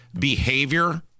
behavior